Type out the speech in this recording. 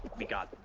you got